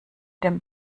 dem